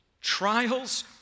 Trials